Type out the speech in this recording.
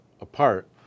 apart